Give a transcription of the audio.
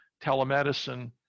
telemedicine